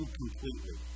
completely